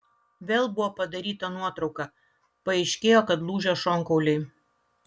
vėl buvo padaryta nuotrauka paaiškėjo kad lūžę šonkauliai